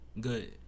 Good